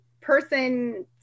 person